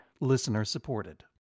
listener-supported